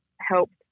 helped